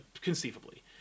Conceivably